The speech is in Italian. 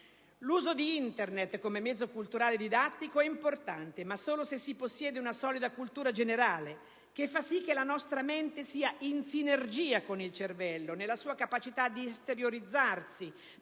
L'uso di Internet come mezzo culturale e didattico è importante, ma solo se si possiede una solida cultura generale che fa sì che la nostra mente sia in sinergia con il cervello, nella sua capacità di esteriorizzarsi